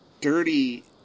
dirty